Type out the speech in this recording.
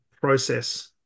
process